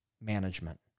management